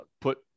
put